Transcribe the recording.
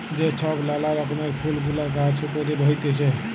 যে ছব লালা রকমের ফুল গুলা গাহাছে ক্যইরে হ্যইতেছে